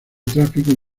tráfico